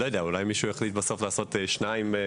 אולי מישהו יחליט בסוף לעשות שני אתרים,